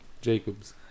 Jacobs